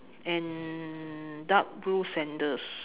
and dark blue sandals